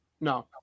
No